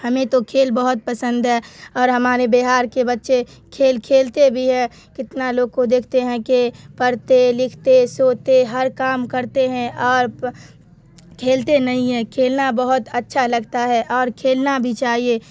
ہمیں تو کھیل بہت پسند ہے اور ہمارے بہار کے بچے کھیل کھیلتے بھی ہے کتنا لوگ کو دیکھتے ہیں کہ پڑھتے لکھتے سوتے ہر کام کرتے ہیں اور کھیلتے نہیں ہیں کھیلنا بہت اچھا لگتا ہے اور کھیلنا بھی چاہیے